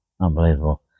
Unbelievable